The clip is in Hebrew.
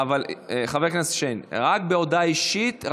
חבר הכנסת שיין, רק בהודעה אישית.